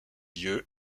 lieux